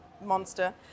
monster